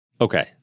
Okay